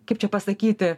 kaip čia pasakyti